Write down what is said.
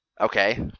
okay